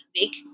make